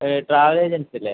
travel agency അല്ലെ